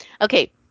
Okay